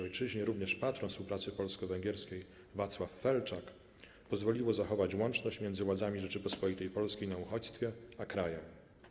Ojczyźnie również patron współpracy polsko-węgierskiej Wacław Felczak, pozwoliło zachować łączność między władzami Rzeczypospolitej Polskiej na uchodźstwie a krajem.